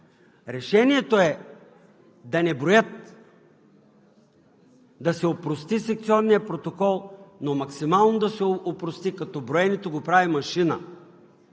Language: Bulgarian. Решението е да не броят, да се опрости секционният протокол, но максимално да се опрости, като броенето го прави машина